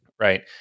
right